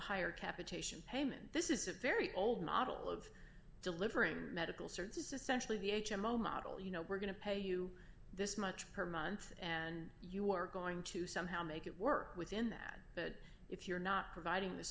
a higher capitation payment this is a very old model of delivering medical service is essentially the h m o model you know we're going to pay you this much per month and you're going to somehow make it work within that but if you're not providing the